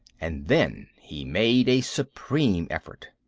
and then he made a supreme effort.